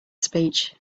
speech